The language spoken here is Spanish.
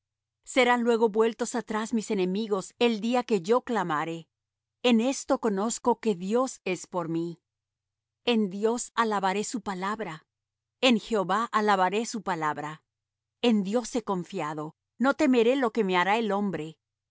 serán luego vueltos atrás mis enemigos el día que yo clamare en esto conozco que dios es por mí en dios alabaré su palabra en jehová alabaré su palabra en dios he confiado no temeré lo que me hará el hombre